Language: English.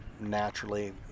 naturally